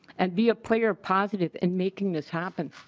and be a player positive in making this happen.